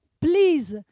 Please